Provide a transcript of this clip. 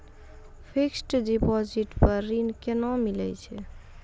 Fixed deposit पर ऋण केना मिलै छै?